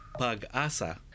pagasa